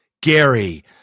Gary